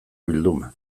bilduma